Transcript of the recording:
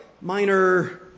minor